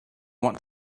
want